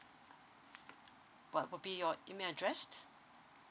what would be your email address